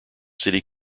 city